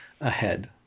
ahead